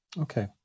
okay